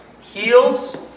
heels